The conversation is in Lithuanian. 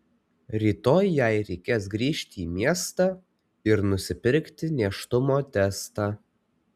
rytoj jai reikės grįžti į miestą ir nusipirkti nėštumo testą